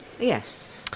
Yes